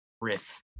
riff